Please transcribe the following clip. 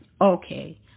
okay